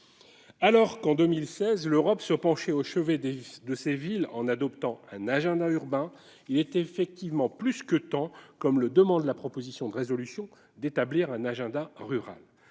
Alors que, en 2016, l'Europe se penchait au chevet de ses villes en adoptant un agenda urbain, il est effectivement plus que temps, comme le demandent les auteurs de la proposition de résolution, d'établir un agenda rural.